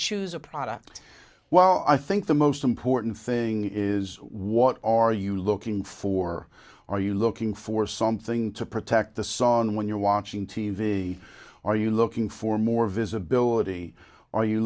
choose a product well i think the most important thing is what are you looking for are you looking for something to protect the sun when you're watching t v are you looking for more visibility or are you